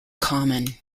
common